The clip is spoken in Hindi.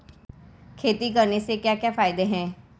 खेती करने से क्या क्या फायदे हैं?